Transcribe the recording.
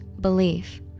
belief